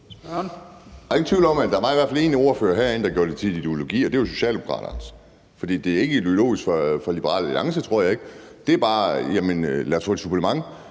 Der er ingen tvivl om, at der i hvert fald var en ordfører herinde, der gjorde det til ideologi, og det var Socialdemokraternes. For det er ikke ideologisk for Liberal Alliance, tror jeg. For Liberal Alliance handler det bare